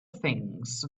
things